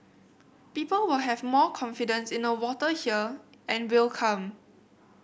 people will have more confidence in the water here and will come